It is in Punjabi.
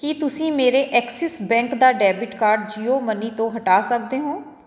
ਕੀ ਤੁਸੀਂਂ ਮੇਰੇ ਐਕਸਿਸ ਬੈਂਕ ਦਾ ਡੈਬਿਟ ਕਾਰਡ ਜੀਓ ਮਨੀ ਤੋਂ ਹਟਾ ਸਕਦੇ ਹੋ